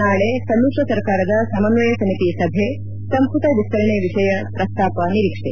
ನಾಳೆ ಸಮಿತ್ರ ಸರ್ಕಾರದ ಸಮನ್ವಯ ಸಮಿತಿ ಸಭೆ ಸಂಪುಟ ವಿಸ್ತರಣೆ ವಿಷಯ ಪ್ರಸ್ತಾಪ ನಿರೀಕ್ಷೆ